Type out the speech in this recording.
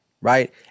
right